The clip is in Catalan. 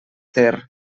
ter